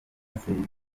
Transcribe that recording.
serivisi